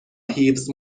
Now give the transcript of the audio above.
هیوز